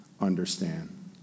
understand